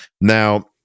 Now